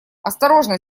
осторожно